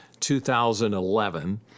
2011